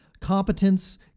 competence